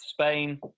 Spain